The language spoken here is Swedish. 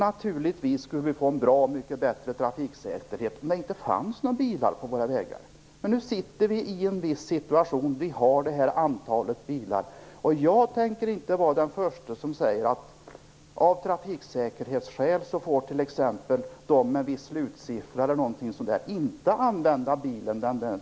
Naturligtvis skulle vi få en bra mycket bättre trafiksäkerhet om det inte fanns några bilar på våra vägar. Men nu har vi en viss situation. Vi har det här antalet bilar. Jag tänker inte vara den förste som säger att av trafiksäkerhetsskäl får t.ex. de med en viss slutsiffra eller något sådant inte använda bilen den dagen.